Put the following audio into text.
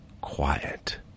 quiet